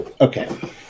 Okay